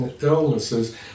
illnesses